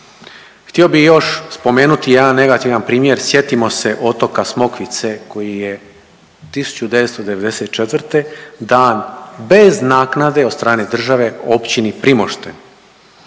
Htio bih još spomenuti jedan negativan primjer sjetimo se otoka Smokvice koji je 1994. dan bez naknade od strane države općini Primošten.